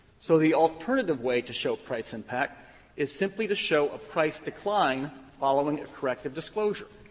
so, the alternative way to show price impact is simply to show a price decline following a corrective disclosure.